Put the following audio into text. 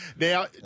Now